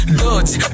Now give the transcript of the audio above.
dodge